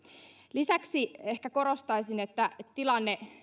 lisäksi ehkä korostaisin että tilanne